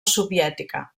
soviètica